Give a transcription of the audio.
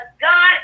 God